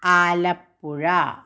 Alappuzha